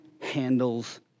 handles